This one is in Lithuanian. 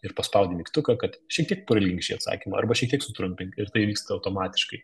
ir paspaudi mygtuką kad šiek tiek prailgink šį atsakymą arba šiek tiek sutrumpink ir tai vyksta automatiškai